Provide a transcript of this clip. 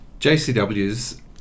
JCW's